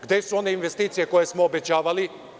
Gde su one investicije koje smo obećavali?